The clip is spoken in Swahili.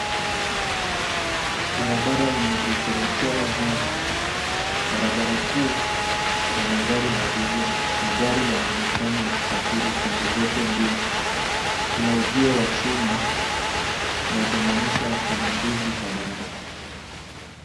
Barabara yenye vichochoro vingi. Barabara kuu ya magari ya abiria. Magari yanaonekana yakisafiri pande zote mbili. Kuna uzio wa chuma unaotenganisha pande mbili za barabara.